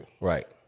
Right